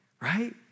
right